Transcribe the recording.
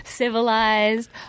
Civilized